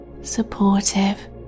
supportive